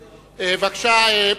תודה רבה.